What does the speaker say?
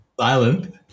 silent